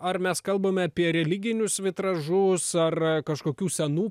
ar mes kalbame apie religinius vitražus ar kažkokių senų